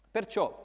Perciò